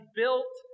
built